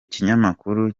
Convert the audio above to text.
kinyamakuru